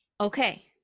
Okay